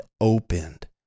opened